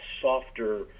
softer